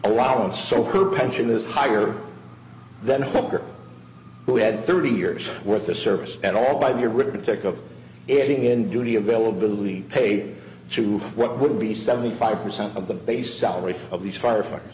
allowance so her pension is higher than hooker who had thirty years worth of service at all by the arithmetic of it being in duty availability paid to work would be seventy five percent of the base salary of these firefighters